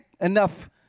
enough